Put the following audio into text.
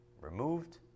removed